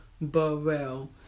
Burrell